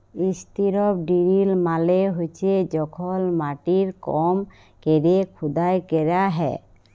strip drill মালে হছে যখল মাটির কম ক্যরে খুদাই ক্যরা হ্যয়